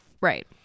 Right